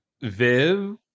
Viv